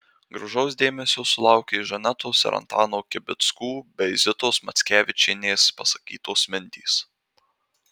gražaus dėmesio sulaukė žanetos ir antano kibickų bei zitos mackevičienės pasakytos mintys